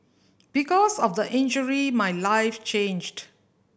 because of the injury my life changed